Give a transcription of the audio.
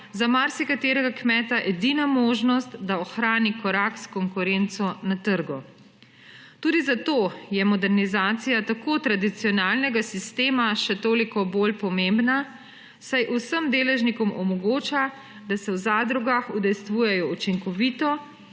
za marsikaterega kmeta edina možnost, da ohrani korak s konkurenco na trgu. Tudi zato je modernizacija tako tradicionalnega sistema še toliko bolj pomembna, saj vsem deležnikom omogoča, da se v zadrugah udejstvujejo učinkovito